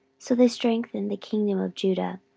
so they strengthened the kingdom of judah,